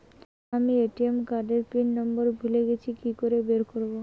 আমি ATM card এর pin number ভুলে গেছি কি করে বের করব?